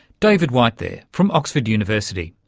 david white there from oxford university.